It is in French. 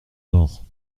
morts